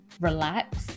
Relax